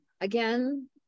again